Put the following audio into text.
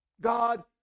God